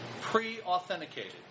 pre-authenticated